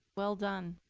well done.